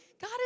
God